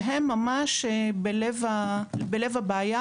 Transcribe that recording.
שהם ממש בלב הבעיה.